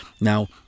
Now